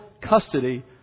custody